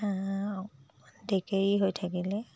ডেকেৰি হৈ থাকিলে